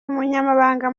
umunyamabanga